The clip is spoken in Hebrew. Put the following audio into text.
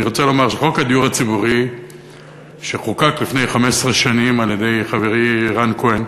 רוצה לומר שחוק הדיור הציבורי שחוקק לפני 15 שנים על-ידי חברי רן כהן